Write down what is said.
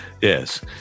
yes